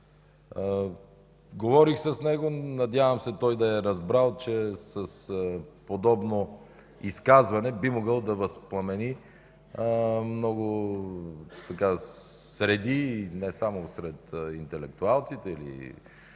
Говорих с него, надявам се той да е разбрал, че с подобно изказване би могъл да възпламени много среди, не само сред интелектуалците